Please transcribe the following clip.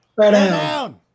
down